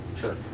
Sure